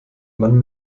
mann